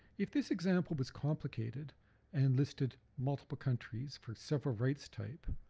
if this example was complicated and listed multiple countries for several rights type